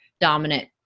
dominant